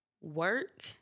work